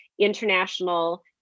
international